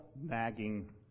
nagging